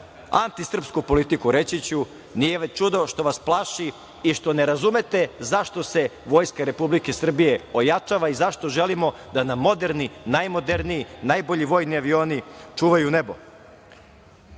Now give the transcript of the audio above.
antisrpsku politiku, reći ću - nije čudo što vas plaši i što ne razumete zašto se Vojska Republike Srbije ojačava i zašto želimo da nam moderni, najmoderniji, najbolji vojni avioni čuvaju